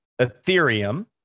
Ethereum